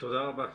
תודה רבה.